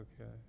okay